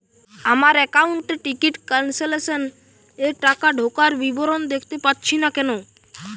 আমার একাউন্ট এ ticket cancellation এর টাকা ঢোকার বিবরণ দেখতে পাচ্ছি না কেন?